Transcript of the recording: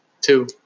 Two